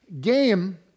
game